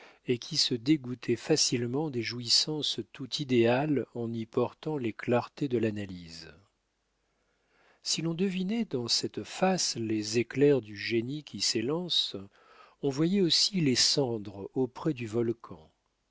et qui se dégoûtait facilement des jouissances tout idéales en y portant les clartés de l'analyse si l'on devinait dans cette face les éclairs du génie qui s'élance on voyait aussi les cendres auprès du volcan